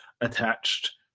attached